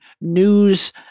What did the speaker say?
news